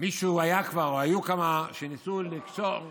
היו כמה שניסו לקשור ולומר: